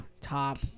top